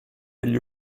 degli